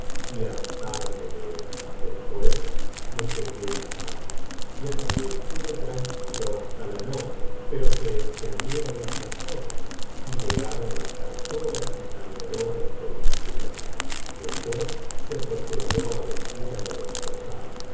y hartarme de él después me sequé las manos y así estuve tranquilo hasta la noche pero se encendieron las antorchas y llegaron las cantoras y tañedoras de instrumentos después se procedió á vestir á la desposada